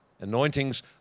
Anointings